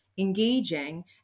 engaging